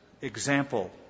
example